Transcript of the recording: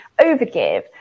overgive